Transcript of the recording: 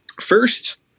First